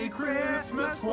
Christmas